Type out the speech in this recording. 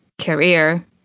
career